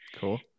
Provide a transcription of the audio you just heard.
Cool